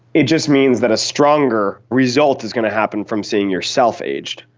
it just means that a stronger result is going to happen from seeing yourself aged.